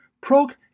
Prog